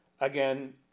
again